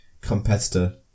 competitor